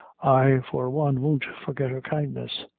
i, for one, won't forget her kindness.